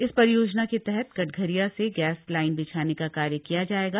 इस परियाजना के तहत कठघरिया से गम्रा लाइन बिछाने का कार्य किया जायेगा